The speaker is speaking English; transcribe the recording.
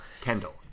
Kendall